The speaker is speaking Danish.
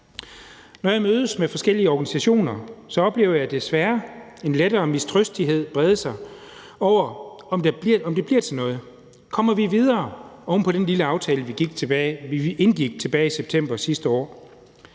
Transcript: Når jeg mødes med forskellige organisationer, oplever jeg desværre en lettere mistrøstighed brede sig. Bliver det til noget? Kommer vi videre oven på den lille aftale, vi indgik tilbage i september sidste år?